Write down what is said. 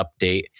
update